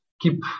keep